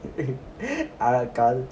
அட:ada